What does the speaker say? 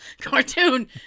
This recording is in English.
cartoon